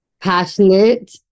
passionate